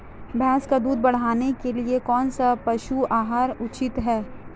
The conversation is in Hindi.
भैंस का दूध बढ़ाने के लिए कौनसा पशु आहार उचित है?